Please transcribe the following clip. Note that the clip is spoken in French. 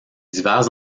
divers